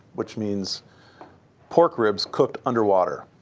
which means pork ribs cooked underwater.